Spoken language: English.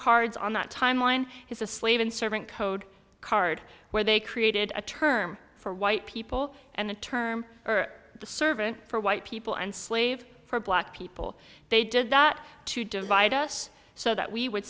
cards on that time line is a slave in servant code card where they created a term for white people and the term or the servant for white people and slave for black people they did that to divide us so that we would